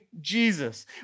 Jesus